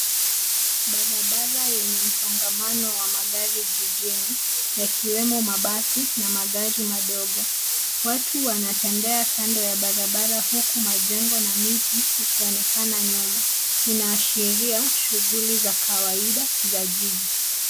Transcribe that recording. Barabara yenye msongamano wa magari jijini, yakiwemo mabasi na magari madogo. Watu wanatembea kando ya barabara huku majengo na miti ikionekana nyuma. Inaashiria shughuli za kawaida za jiji.